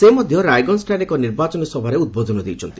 ସେ ମଧ୍ୟ ରାୟଗଞ୍ଜଠାରେ ଏକ ନିର୍ବାଚନ ସଭାରେ ଉଦ୍ବୋଧନ ଦେଇଛନ୍ତି